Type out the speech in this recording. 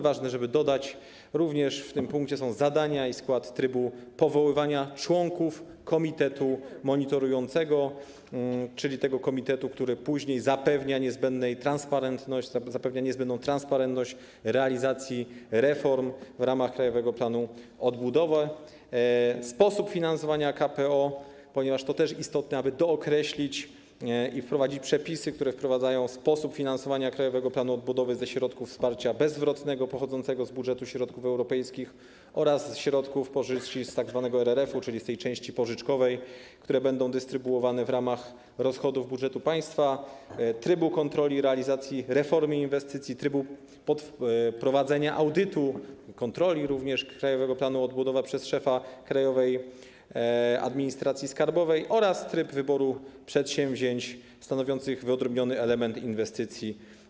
Ważne, żeby dodać, że w tym punkcie są również zadania, skład i tryb powoływania członków komitetu monitorującego, czyli tego komitetu, który później zapewnia niezbędną transparentność realizacji reform w ramach Krajowego Planu Odbudowy, sposób finansowania KPO, ponieważ to też istotne, aby dookreślić i wprowadzić przepisy, które wprowadzają sposób finansowania Krajowego Planu Odbudowy ze środków wsparcia bezzwrotnego pochodzącego z budżetu środków europejskich oraz ze środków pożyczki z tzw. RRF, czyli z tej części pożyczkowej, które będą dystrybuowane w ramach rozchodów budżetu państwa, tryb kontroli realizacji reformy, inwestycji, tryb prowadzenia audytu, kontroli również Krajowego Planu Odbudowy przez szefa Krajowej Administracji Skarbowej oraz tryb wyboru przedsięwzięć stanowiących wyodrębniony element inwestycji.